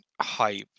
hype